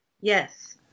Yes